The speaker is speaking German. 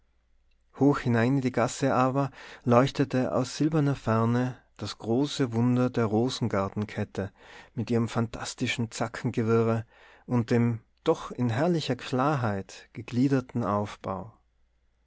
hoch hinein in die gasse aber leuchtete aus silberner ferne das große wunder der rosengartenkette mit ihrem phantastischen zackengewirre und dem doch in herrlicher klarheit gegliederten aufbau